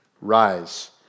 rise